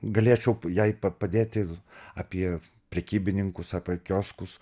galėčiau jai pa padėti apie prekybininkus apie kioskus